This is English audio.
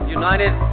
united